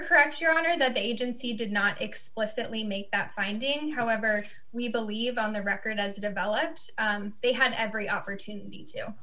correct your honor that the agency did not explicitly make finding however we believe on the record as developed they had every opportunity to